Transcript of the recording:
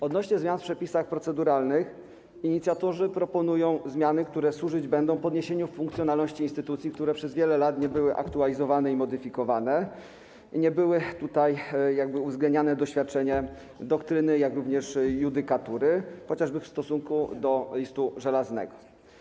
Odnośnie do zmian w przepisach proceduralnych inicjatorzy proponują zmiany, które służyć będą podniesieniu funkcjonalności instytucji, które przez wiele lat nie były aktualizowane i modyfikowane, nie było tutaj uwzględniane doświadczenie doktryny, jak również judykatury, chociażby w stosunku do listu żelaznego.